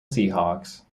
seahawks